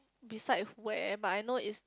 beside where am I know is